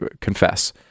confess